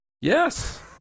Yes